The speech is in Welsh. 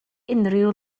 unrhyw